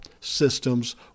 Systems